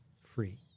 free